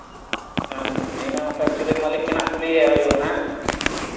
ᱦᱮᱸ ᱤᱱᱟᱹ ᱢᱟᱛᱚ ᱮᱠ ᱪᱩᱭᱮᱞᱤ ᱢᱟᱹᱞᱤᱠ ᱜᱮ ᱦᱟᱸᱜ ᱠᱩᱞᱤᱭᱮ ᱦᱩᱭᱩᱜ ᱦᱟᱸᱜ